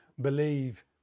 believe